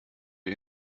wir